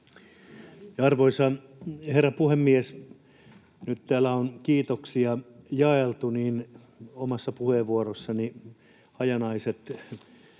Arvoisa herra puhemies! Nyt täällä on kiitoksia jaeltu, ja kun omassa puheessani oli hajanaiset